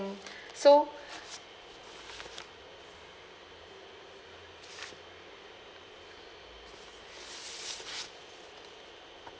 so